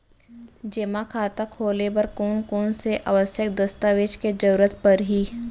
जेमा खाता खोले बर कोन कोन से आवश्यक दस्तावेज के जरूरत परही?